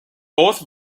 both